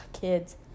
kids